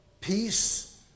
peace